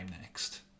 next